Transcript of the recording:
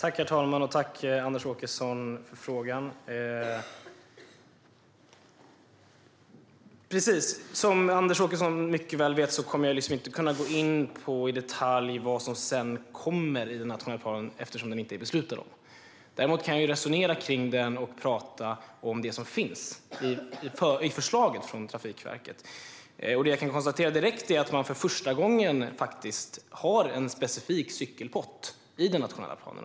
Herr talman! Tack, Anders Åkesson, för frågan! Som Anders Åkesson mycket väl vet kommer jag inte att kunna gå in i detalj på vad som kommer i den nationella planen eftersom den inte är beslutad om. Däremot kan jag resonera om den och tala om det som finns i förslaget från Trafikverket. Det jag kan konstatera direkt är att man för första gången har en specifik cykelpott i den nationella planen.